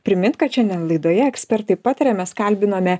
primint kad šiandien laidoje ekspertai pataria mes kalbinome